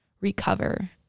recover